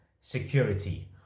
security